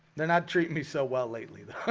they're not treating me. so well lately though